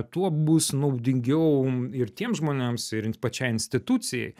tuo bus naudingiau ir tiems žmonėms ir pačiai institucijai